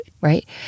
Right